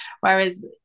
Whereas